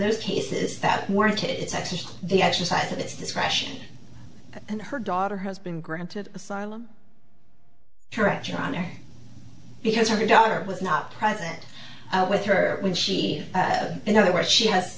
those cases that weren't it's actually the exercise of its discretion and her daughter has been granted asylum correct your honor because your daughter was not present with her when she in other words she has